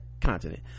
continent